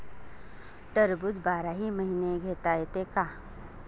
टरबूज बाराही महिने घेता येते का?